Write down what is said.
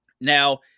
Now